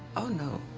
oh no,